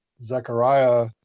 Zechariah